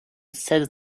says